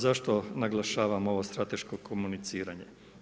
Zašto naglašavam ovo strateško komuniciranje?